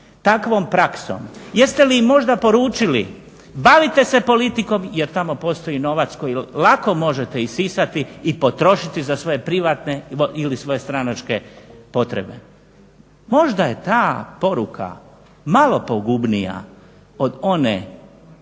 kakvom praksom? Jeste li im možda poručili bavite se politikom jer tamo postoji novac koji lako možete isisati i potrošiti za svoje privatne ili svoje stranačke potrebe? Možda je ta poruka malo pogubnija od one